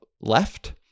left